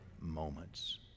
moments